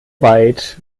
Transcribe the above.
weit